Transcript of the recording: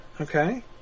okay